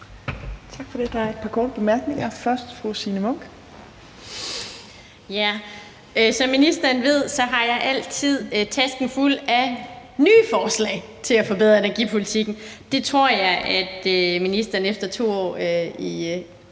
Tak for det. Der er et par korte bemærkninger. Først er det fra fru Signe Munk. Kl. 18:08 Signe Munk (SF): Som ministeren ved, har jeg altid tasken fuld af nye forslag til at forbedre energipolitikken. Det tror jeg ministeren efter 2 års